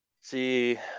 see